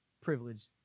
privilege